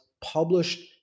published